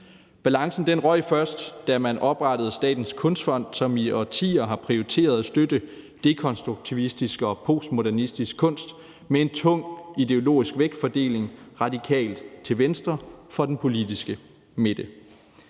Balancen røg først, da man oprettede Statens Kunstfond, som i årtier har prioriteret at støtte dekonstruktivistisk og postmodernistisk kunst med en tung ideologisk vægtfordeling radikalt til venstre for den politiske midte.